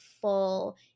full